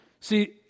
See